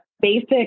basic